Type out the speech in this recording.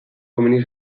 komeni